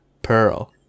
Pearl